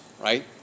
Right